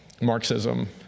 Marxism